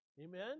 Amen